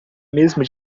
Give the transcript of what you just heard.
mesmo